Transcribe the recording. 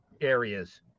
areas